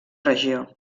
regió